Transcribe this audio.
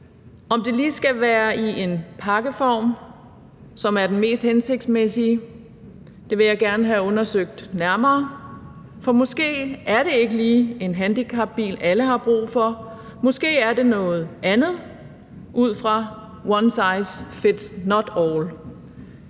Om det lige skal være i en pakkeform som den mest hensigtsmæssige, vil jeg gerne have undersøgt nærmere, for måske er det ikke lige en handicapbil, alle har brug for, måske er det noget andet ud fra one size fits not all.